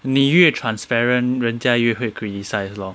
你越 transparent 人家越会 criticise lor